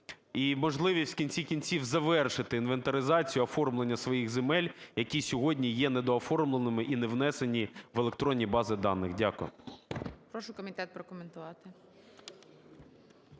…і можливість в кінці кінців завершити інвентаризацію, оформлення своїх земель, які сьогодні є недооформленими і не внесені в електронні бази даних. Дякую. ГОЛОВУЮЧИЙ. Прошу комітет прокоментувати.